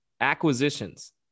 acquisitions